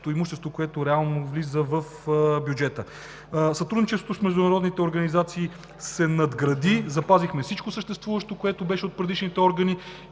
имущество, което влиза в бюджета. Сътрудничеството с международните организации се надгради. Запазихме всичко съществуващо, което беше от предишните органи.